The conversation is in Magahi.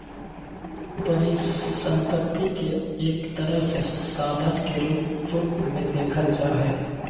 परिसम्पत्ति के एक तरह से साधन के रूप मे देखल जा हय